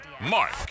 Mark